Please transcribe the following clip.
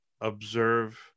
observe